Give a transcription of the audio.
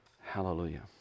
Hallelujah